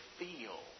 feel